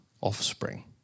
offspring